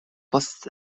post